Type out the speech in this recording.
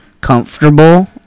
comfortable